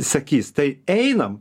sakys tai einam